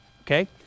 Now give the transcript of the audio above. Okay